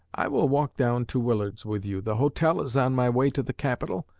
i will walk down to willard's with you the hotel is on my way to the capitol,